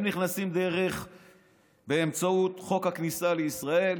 הם נכנסים באמצעות חוק הכניסה לישראל,